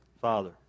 Father